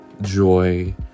joy